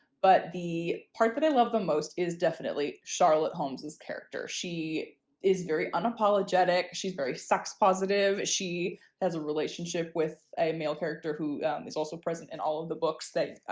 but the that i love the most is definitely charlotte holmes's character. she is very unapologetic. she's very sex positive. she has a relationship with a male character who is also present in all of the books that,